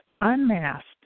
Unmasked